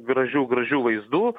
gražių gražių vaizdų